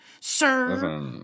sir